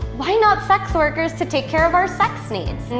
why not sex workers to take care of our sex needs?